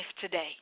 today